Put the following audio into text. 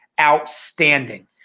outstanding